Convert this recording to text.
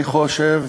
אני חושב,